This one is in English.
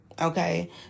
okay